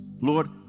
lord